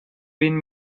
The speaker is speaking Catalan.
vint